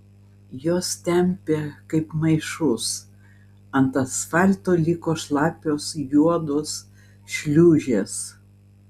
juos tempė kaip maišus ant asfalto liko šlapios juodos šliūžės